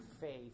faith